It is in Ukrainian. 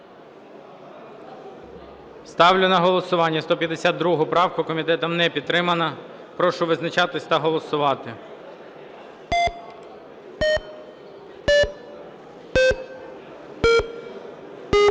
Ставлю на голосування 152 правку. Комітетом не підтримана. Прошу визначатись та голосувати. 11:57:14